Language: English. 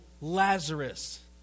Lazarus